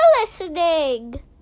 listening